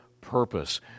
purpose